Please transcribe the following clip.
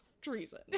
treason